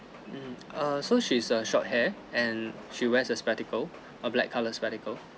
mm err so she's a short hair and she wears a spectacle a black colors spectacle